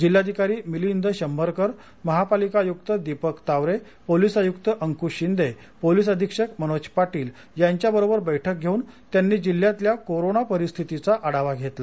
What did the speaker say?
जिल्हाधिकारी मिलिंद शंभरकर महापालिका आयुक्त दिपक तावरे पोलिस आयुक्त अंकुश शिंदे पोलिस अधिक्षक मनोज पाटील यांच्याबरोबर बैठक घेऊन त्यांनी जिल्ह्यातल्या कोरोना परिस्थितीचा आढावा घेतला